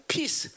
Peace